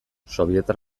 sobietar